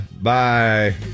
Bye